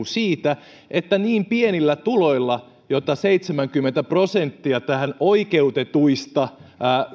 siitä että niin pienillä tuloilla joita seitsemänkymmentä prosenttia tähän oikeutetuista